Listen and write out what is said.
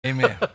Amen